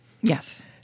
Yes